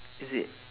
is it